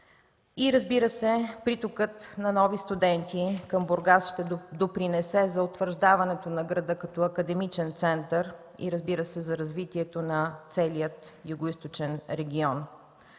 кадри. Притокът на нови студенти към Бургас ще допринесе за утвърждаването на града като академичен център и, разбира се, за развитието на целия Югоизточен регион.